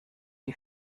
die